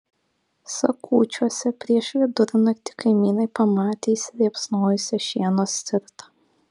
sakūčiuose prieš vidurnaktį kaimynai pamatė įsiliepsnojusią šieno stirtą